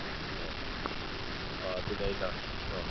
ꯑꯧ ꯑ ꯑꯗꯨꯅꯦ ꯑꯩꯅ ꯑꯣ